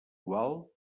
gual